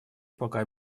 пока